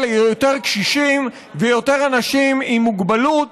על יותר קשישים ויותר אנשים עם מוגבלות